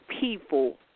people